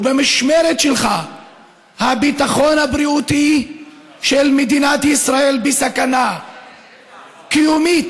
ובמשמרת שלך הביטחון הבריאותי של מדינת ישראל בסכנה קיומית.